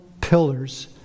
pillars